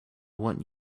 want